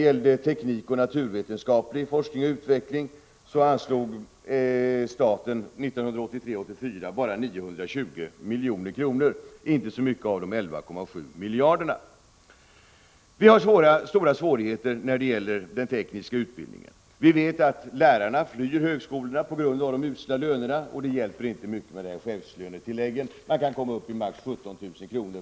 Till teknisk och naturvetenskaplig forskning och utveckling anslog staten 1983/84 bara 920 milj.kr., dvs. endast en liten andel av de 11,7 miljarderna. Vi har stora svårigheter när det gäller den tekniska utbildningen. Som bekant flyr lärarna från högskolorna på grund av de usla lönerna. Chefslönetilläggen, som innebär att en professor kan komma upp till maximalt 17 000 kr.